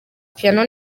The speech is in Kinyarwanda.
piano